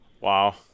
wow